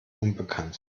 unbekannt